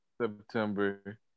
September